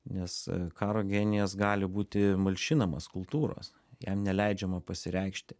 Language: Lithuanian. nes karo genijas gali būti malšinamas kultūros jam neleidžiama pasireikšti